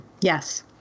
Yes